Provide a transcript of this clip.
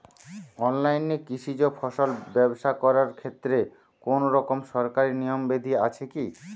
অনলাইনে কৃষিজ ফসল ব্যবসা করার ক্ষেত্রে কোনরকম সরকারি নিয়ম বিধি আছে কি?